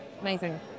amazing